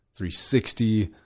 360